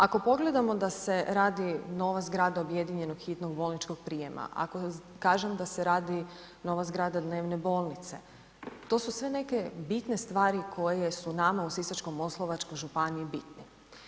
Ako pogledamo da se radi nova zgrada objedinjenog hitnog bolničkog prijema, ako kažem da se radi nova zgrada dnevne bolnice, to su sve neke bitne stvari koje su nama u Sisačko-moslavačkoj županiji bitne.